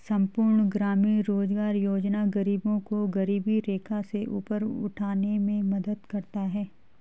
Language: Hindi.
संपूर्ण ग्रामीण रोजगार योजना गरीबों को गरीबी रेखा से ऊपर उठाने में मदद करता है